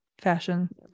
fashion